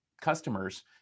customers